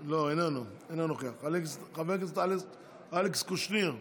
אינו נוכח, חבר הכנסת אלכס קושניר,